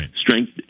strength